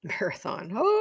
Marathon